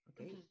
okay